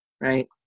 right